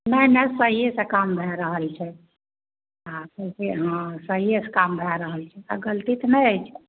नहि नहि सहिएसँ काम भए रहल छै आ हँ सहिएसँ काम भए रहल छै गलती तऽ नहि हय छै